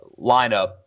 lineup